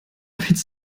witz